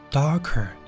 darker